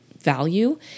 value